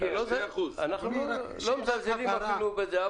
אנחנו לא מזלזלים בזה.